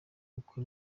uku